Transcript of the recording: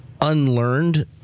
unlearned